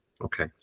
okay